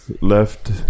left